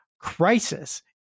crisis